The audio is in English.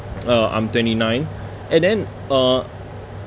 uh I'm twenty nine and then uh